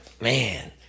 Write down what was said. Man